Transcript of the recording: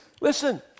listen